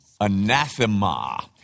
anathema